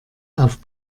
auf